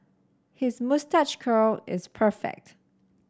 his moustache curl is perfect